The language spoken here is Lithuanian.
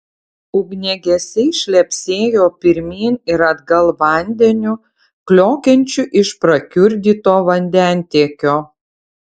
ugniagesiai šlepsėjo pirmyn ir atgal vandeniu kliokiančiu iš prakiurdyto vandentiekio